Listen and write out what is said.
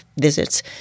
visits